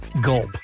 Gulp